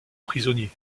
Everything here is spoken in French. prisonniers